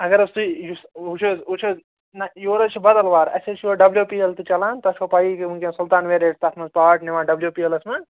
اگر حظ تُہی یُس وُچھ حظ وُچھ حظ نہ یورٕ حظ چھِ بدل وَر اَسہِ حظ چھِ یورٕ ڈبلِیو پی ایل تہِ چلان تۄہہِ چھو پَیی کہِ سُلطان ویٚریر چھُ تتھ منٛز پارٹ نِوان ڈبلِیو پی ایٚلَس منٛز